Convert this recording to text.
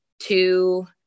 two